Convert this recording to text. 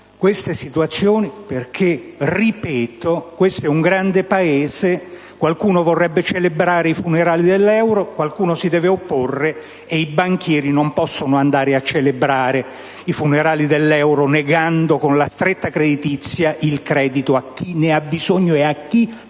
queste situazioni perché, ripeto, questo è un grande Paese. Qualcuno vorrebbe celebrare i funerali dell'euro: qualcuno si deve opporre. I banchieri non possono andare a celebrare i funerali dell'euro negando, con la stretta creditizia, il credito a chi ne ha bisogno e a chi lo